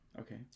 okay